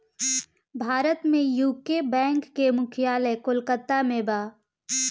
भारत में UCO bank के मुख्यालय कोलकाता में बा